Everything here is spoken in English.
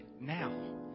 now